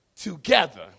together